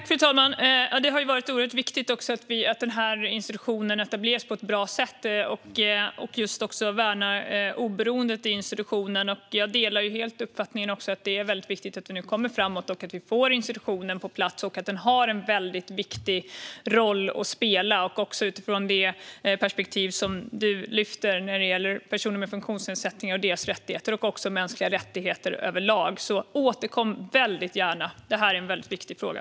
Fru talman! Det är oerhört viktigt att den här institutionen etableras på ett bra sätt och att vi värnar institutionens oberoende. Jag delar helt uppfattningen att det är väldigt viktigt att vi nu kommer framåt och får institutionen på plats. Den har en viktig roll att spela, även utifrån det perspektiv som du, Thomas Hammarberg, lyfter fram när det gäller personer med funktionsnedsättningar och deras rättigheter och också mänskliga rättigheter överlag. Återkom väldigt gärna, för det här är en viktig fråga!